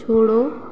छोड़ो